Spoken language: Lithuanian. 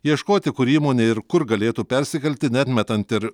ieškoti kuri įmonė ir kur galėtų persikelti neatmetant ir